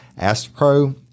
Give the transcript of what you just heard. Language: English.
AstroPro